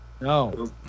no